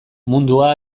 mundua